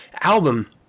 album